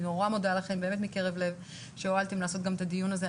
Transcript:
אני מודה לכם מקרב לב שהואלתם לעשות את הדיון הזה.